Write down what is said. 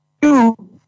two